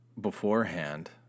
beforehand